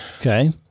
Okay